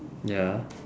ya